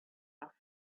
are